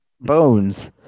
bones